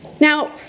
Now